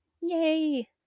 yay